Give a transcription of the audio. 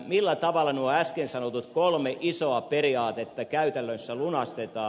millä tavalla nuo äsken sanotut kolme isoa periaatetta käytännössä lunastetaan